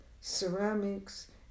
ceramics